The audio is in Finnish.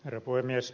herra puhemies